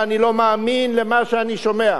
ואני לא מאמין למה שאני שומע.